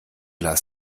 las